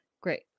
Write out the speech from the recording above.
Great